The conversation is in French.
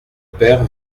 père